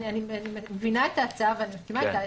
אני מבינה את ההצעה ואני מסכימה איתה.